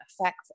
affects